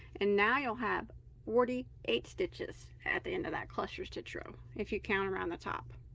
and now you'll have forty eight stitches at the end of that cluster stitch row if you count around the top